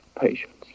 patience